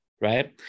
right